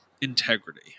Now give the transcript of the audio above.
integrity